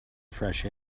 fresh